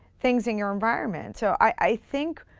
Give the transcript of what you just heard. things in your environment. so i think,